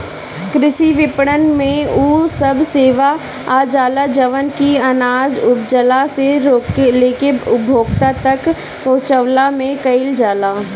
कृषि विपणन में उ सब सेवा आजाला जवन की अनाज उपजला से लेके उपभोक्ता तक पहुंचवला में कईल जाला